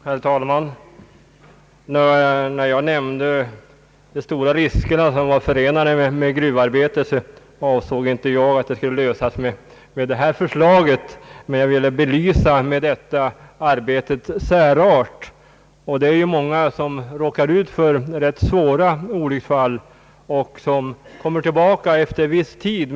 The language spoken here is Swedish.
Herr talman! När jag nämnde de stora risker som var förenade med gruvarbete, avsåg jag inte att problemen skulle lösas med det förslag jag framlagt, utan jag ville belysa gruvarbetets särart. Det är många gruvarbetare som råkar ut för ganska svåra olycksfall och som kommer tillbaka efter en viss tid.